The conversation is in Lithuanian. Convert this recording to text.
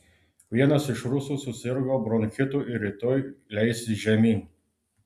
vienas iš rusų susirgo bronchitu ir rytoj leisis žemyn